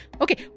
Okay